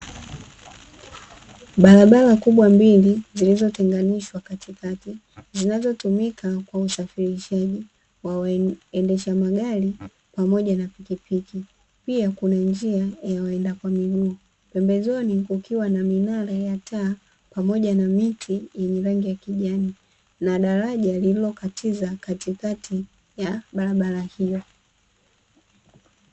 Barabara kubwa mbili zilizo tenganishwa katikati zinazotumika kwa usafirishaji wa waendesha magari pamoja na pikipiki pia kuna njia ya waenda kwa miguu, pembezoni kukiwa minara ya taa pamoja na miti yenye rangi ya kijani na daraja lililokatiza katikati ya barabara hilo.